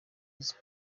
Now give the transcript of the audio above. visi